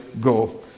go